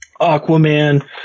Aquaman